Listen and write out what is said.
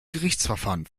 gerichtsverfahren